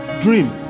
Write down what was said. dream